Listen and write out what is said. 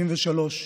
בן 73,